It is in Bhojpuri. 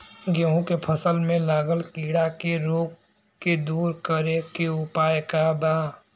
गेहूँ के फसल में लागल कीड़ा के रोग के दूर करे के उपाय का बा?